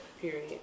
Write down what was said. Period